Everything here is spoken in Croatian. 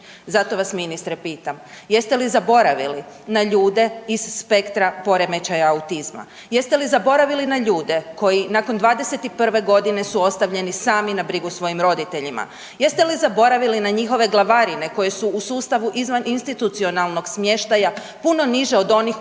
Zato vas, ministre, pitam, jeste li zaboravili na ljude iz spektra poremećaja autizma? Jeste li zaboravili na ljude koji nakon 21. g. su ostavljeni sami na brigu svojim roditeljima? Jeste li zaboravili na njihove glavarine koje su u sustavu izvan institucionalnog smještaja puno niže od onih u